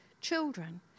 children